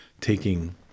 taking